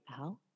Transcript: out